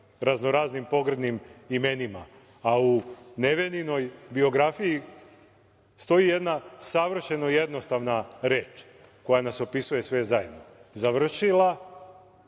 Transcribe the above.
raznoraznim pogrdnim imenima, a u Neveninoj biografiji stoji jedna savršena jednostavna reč, koja nas opisuje sve zajedno - završila